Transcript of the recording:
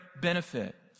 benefit